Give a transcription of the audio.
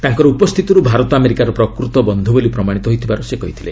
ତାଙ୍କର ଉପସ୍ଥିତିରୁ ଭାରତ ଆମେରିକାର ପ୍ରକୃତ ବନ୍ଧୁ ବୋଲି ପ୍ରମାଶିତ ହୋଇଥିବାର ସେ କହିଥିଲେ